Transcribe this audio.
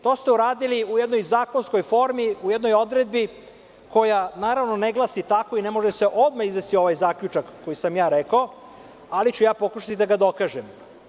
To ste uradili u jednoj zakonskoj formi, u jednoj odredbi, koja naravno ne glasi tako i ne može se odmah izvesti ovaj zaključak koji sam ja rekao, ali ću pokušati da ga dokažem.